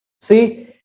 See